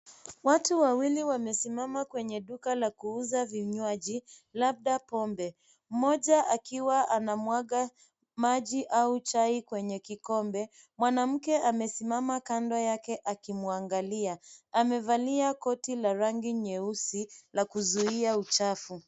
Watu Wawili wamesimama kwenye duka la kuuza vinywaji labda pombe. Mmoja akiwa anamwaga maji au chai kwenye kikombe. Mwanamke amesimama kando yake akimwangalia. Amevalia koti la rangi nyeusi la kuzuia uchafu.